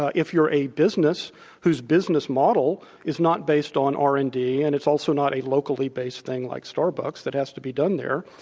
ah if you're a business whose business model is not based on r and d and it's also not a locally-based thing like starbucks that has to be done there,